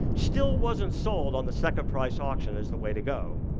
still wasn't sold on the second price auction as the way to go,